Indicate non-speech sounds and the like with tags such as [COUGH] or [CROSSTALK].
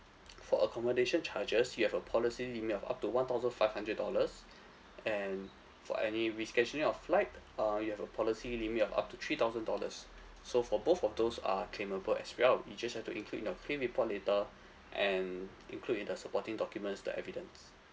[NOISE] for accommodation charges you have a policy limit of up to one thousand five hundred dollars and for any rescheduling of flight uh you have a policy limit of up to three thousand dollars so for both of those are claimable as well you just have to include in your claim report later and include in the supporting documents the evidence